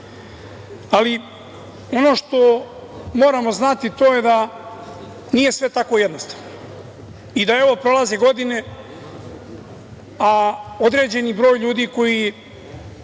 što moramo znati, to je da nije sve tako jednostavno. Evo, prolaze godine, a određeni broj ljudi koji